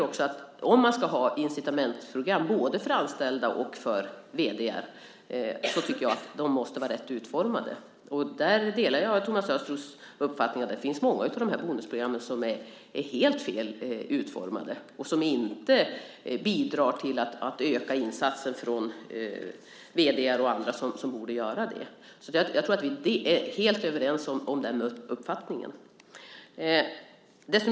Om man ska ha incitamentsprogram både för anställda och för vd:ar måste de vara rätt utformade. Där delar jag Thomas Östros uppfattning att många av bonusprogrammen är helt fel utformade och bidrar inte till att öka insatsen från vd:ar och andra. Vi är helt överens om den uppfattningen.